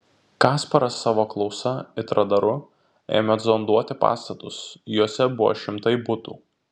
kasparas savo klausa it radaru ėmė zonduoti pastatus juose buvo šimtai butų